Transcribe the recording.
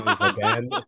again